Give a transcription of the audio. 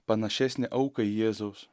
panašesnę auką į jėzaus